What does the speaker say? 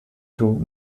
through